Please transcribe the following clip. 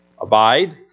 Abide